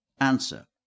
Answer